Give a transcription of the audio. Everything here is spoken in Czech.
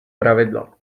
pravidlo